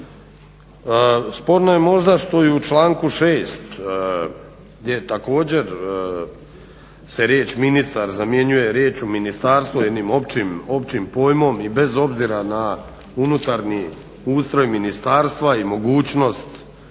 Sporno je možda što je u članku 6.gdje je također se riječ ministar zamjenjuje riječcu ministarstvo jednim općim pojmom i bez obzira na unutarnji ustroj ministarstva i mogućnost